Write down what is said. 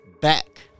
back